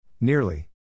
Nearly